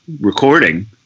recording